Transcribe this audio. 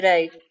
Right